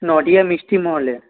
নদীয়া মিষ্টি মহলে